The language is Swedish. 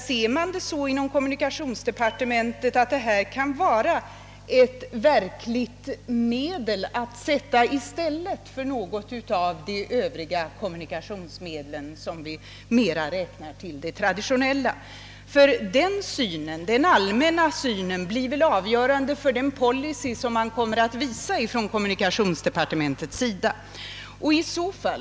Ser man det inom kommunikations departementet så att svävare är ett medel att sätta in i stället för något av de övriga kommunikationsmedel som vi räknar som mera traditionella? Den allmänna synen blir väl avgörande för den policy som man kommer att visa från kommunikationsdepartementets sida.